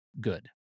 good